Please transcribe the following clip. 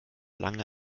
lange